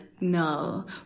no